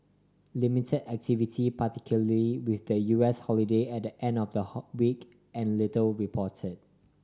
limited activity particularly with the U S holiday at the end of the whole week and little reported